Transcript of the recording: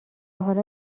حالا